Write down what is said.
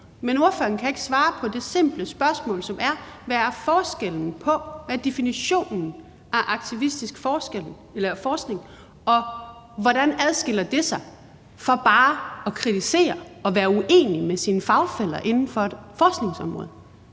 Men ordføreren kan ikke svare på det simple spørgsmål, som er: Hvad er forskellen? Hvad er definitionen på aktivistisk forskning, og hvordan adskiller den sig fra det bare at kritisere og være uenig med sine fagfæller inden for et forskningsområde?